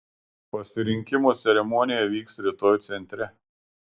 pasirinkimo ceremonija vyks rytoj centre